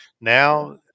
now